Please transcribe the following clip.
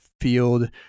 field